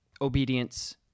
obedience